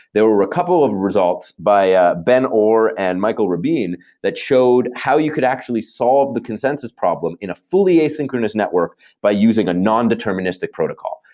there were a couple of results by ah ben orr and michael rabin that showed how you could actually solve the consensus problem in a fully asynchronous network by using a nondeterministic protocol,